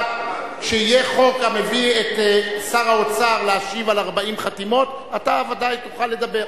כשיהיה חוק המביא את שר האוצר להשיב על 40 חתימות אתה ודאי תוכל לדבר.